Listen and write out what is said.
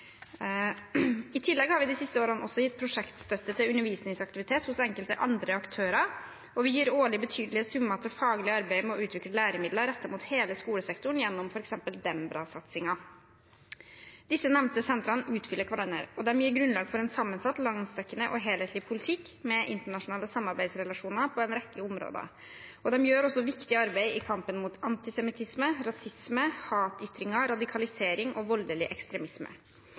I tillegg har vi de siste årene gitt prosjektstøtte til undervisningsaktivitet hos enkelte andre aktører, og vi gir årlig betydelige summer til faglig arbeid med å utvikle læremidler rettet mot hele skolesektoren gjennom f.eks. Dembra-satsingen. De nevnte sentrene utfyller hverandre, og de gir grunnlag for en sammensatt, landsdekkende og helhetlig politikk med internasjonale samarbeidsrelasjoner på en rekke områder. De gjør også viktig arbeid i kampen mot antisemittisme, rasisme, hatytringer, radikalisering og voldelig ekstremisme.